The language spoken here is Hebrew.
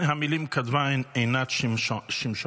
את המילים כתבה עינת שמשוני.